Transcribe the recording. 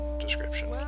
description